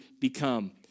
become